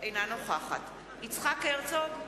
אינה נוכחת יצחק הרצוג,